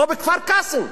או בכפר-קאסם.